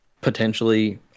potentially